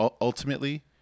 ultimately